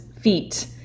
feet